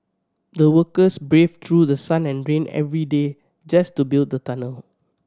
the workers braved through sun and rain every day just to build the tunnel